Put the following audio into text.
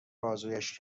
بازویش